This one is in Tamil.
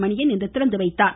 மணியன் இன்று திறந்துவைத்தார்